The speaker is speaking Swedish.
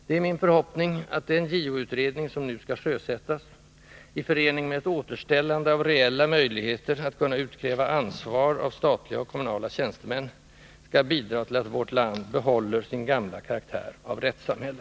Det är min förhoppning att den JO-utredning som nu skall sjösättas — i förening med ett återställande av reella möjligheter att kunna utkräva ansvar av statliga och kommunala tjänstemän — skall bidra till att vårt land behåller sin gamla karaktär av rättssamhälle.